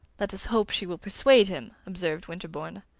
let us hope she will persuade him, observed winterbourne.